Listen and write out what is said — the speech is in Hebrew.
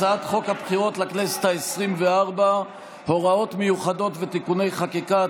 הצעת חוק הבחירות לכנסת העשרים-וארבע (הוראות מיוחדות ותיקוני חקיקה),